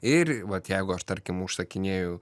ir vat jeigu aš tarkim užsakinėju